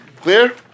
Clear